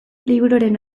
liburuaren